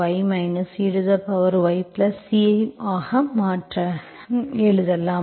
ey ey C மாற்றாக எழுதலாம்